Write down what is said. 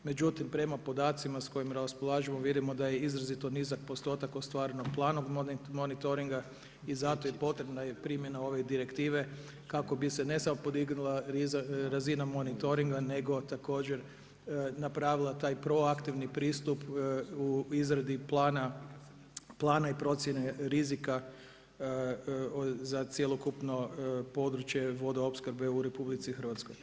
Međutim, prema podacima sa kojima raspolažemo vidimo da je izrazito nizak postotak ostvarenog planom monitoringa i zato je potrebna i primjena ove direktive kako bi se ne samo podignula razina monitoringa nego također napravila taj proaktivni pristup u izradi plana i procjene rizika za cjelokupno područje vodoopskrbe u Republici Hrvatskoj.